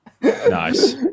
nice